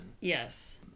Yes